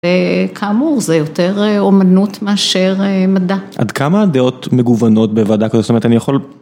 כאמור, זה יותר אומנות מאשר מדע. עד כמה הדעות מגוונות בוועדה כזאת? זאת אומרת, אני יכול...